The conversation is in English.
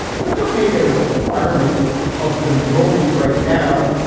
but don't make it a requirement of the moment right now.